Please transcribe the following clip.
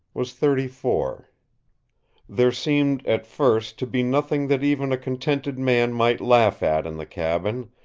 was thirty-four. there seemed, at first, to be nothing that even a contented man might laugh at in the cabin,